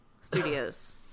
Studios